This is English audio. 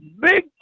Big